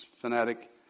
fanatic